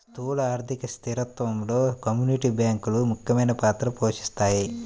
స్థూల ఆర్థిక స్థిరత్వంలో కమ్యూనిటీ బ్యాంకులు ముఖ్యమైన పాత్ర పోషిస్తాయి